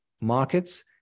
markets